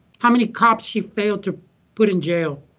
how many cops she failed to put in jail.